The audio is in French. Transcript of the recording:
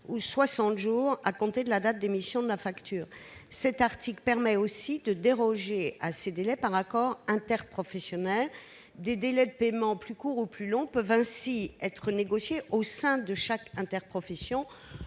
ou 60 jours à compter de la date d'émission de la facture. Cet article permet aussi de déroger à ces délais par accord interprofessionnel. Ainsi, des délais de paiement plus courts ou plus longs peuvent être négociés au sein de chaque interprofession.